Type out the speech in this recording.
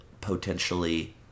potentially